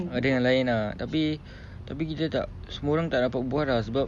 ada yang lain ah tapi tapi kita tak semua orang tak dapat buat ah sebab